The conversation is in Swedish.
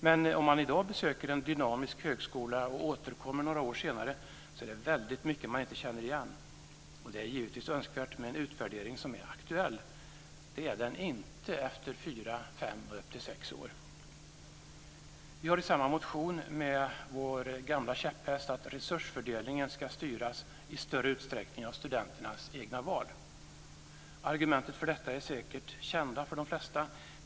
Men om man i dag besöker en dynamisk högskola och återkommer några år senare är det väldigt mycket som man inte känner igen. Det är givetvis önskvärt med en utvärdering som är aktuell. Så är det inte efter fyra, fem eller upp till sex år. I motionen har vi med vår gamla käpphäst, att resursfördelningen i större utsträckning ska styras av studenternas egna val. Argumenten för detta är säkert kända för de flesta.